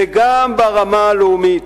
וגם ברמה הלאומית,